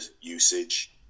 usage